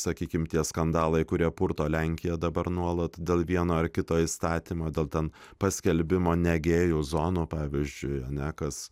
sakykim tie skandalai kurie purto lenkiją dabar nuolat dėl vieno ar kito įstatymo dėl ten paskelbimo ne gėjų zonų pavyzdžiui ar ne kas